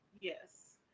yes